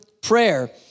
prayer